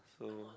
so